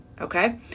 Okay